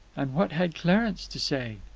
and what had clarence to say?